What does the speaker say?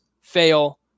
fail